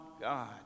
God